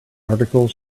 article